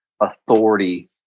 authority